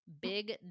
Big